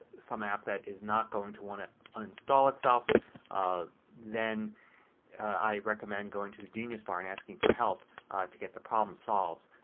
some app that is not going to want to uninstall itself ah then i recommend going to the genius bar and asking for help to get the problem solved.